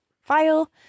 file